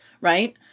right